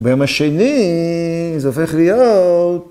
ביום השני זה הופך להיות